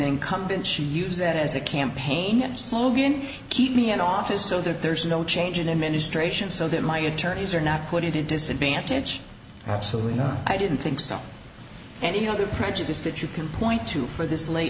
incumbent she use it as a campaign slogan keep me in office so that there's no change in administration so that my attorneys are not put in to disadvantage absolutely no i didn't think so and any other prejudice that you can point to for this late